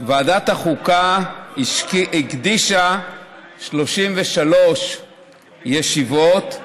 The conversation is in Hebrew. ועדת החוקה הקדישה 33 ישיבות,